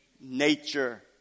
nature